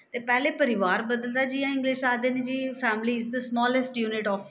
ते पैह्ले परिवार बदल दा ऐ जि'यां इंग्लिश च आखदे न जी family is the smallest unit of